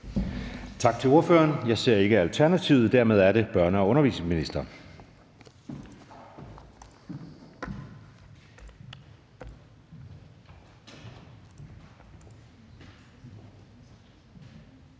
Tak til ordføreren. Jeg ser ikke nogen fra Alternativet. Dermed er det børne- og undervisningsministeren.